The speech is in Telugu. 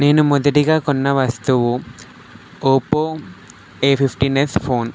నేను మొదటిగా కొన్న వస్తువు Oppo A fifteen S phone